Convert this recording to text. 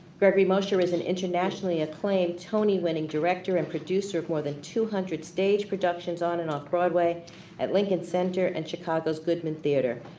gregory mosher is an internationally acclaimed tony-winning director and producer of more than two hundred stage productions on and off broadway at lincoln center and chicago's goodman theatre,